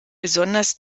besonders